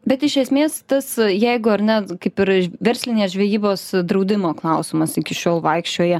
bet iš esmės tas jeigu ar ne kaip ir verslinės žvejybos draudimo klausimas iki šiol vaikščioja